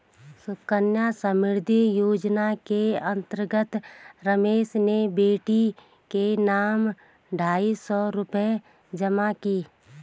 सुकन्या समृद्धि योजना के अंतर्गत रमेश ने बेटी के नाम ढाई सौ रूपए जमा किए